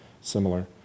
similar